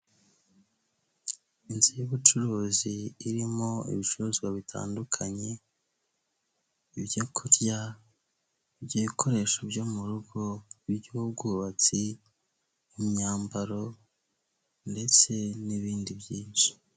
Inzu y'ubucuruzi irimo ibicuruzwa bitandukanye ibyo kurya ,iby'ibikoresho byo mu rugo by'ubwubatsi, imyambaro ndetse n'ibindi byinshi.